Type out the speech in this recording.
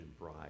bride